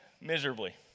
miserably